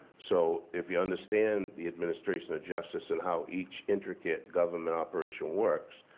so if you understand the administration of justice, and how each intricate government operation works,